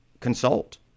consult